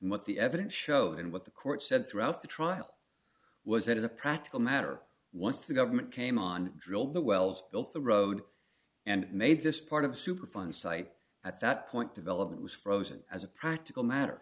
what the evidence shows and what the court said throughout the trial was that as a practical matter once the government came on drill the wells built the road and made this part of superfund site at that point development was frozen as a practical matter